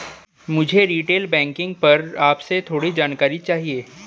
मुझे retail banking पर आपसे थोड़ी जानकारी चाहिए